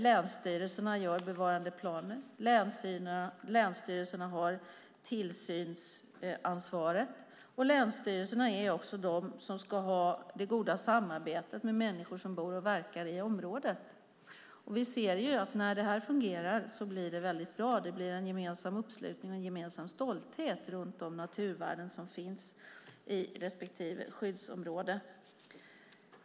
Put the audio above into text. Länsstyrelserna gör bevarandeplaner och har tillsynsansvaret. Länsstyrelserna ska också ha det goda samarbetet med människor som bor och verkar i området. När detta fungerar blir det bra; det blir en gemensam uppslutning och stolthet runt de naturvärden som finns i respektive skyddsområde.